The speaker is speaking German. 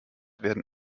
werden